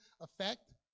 effect